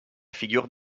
figure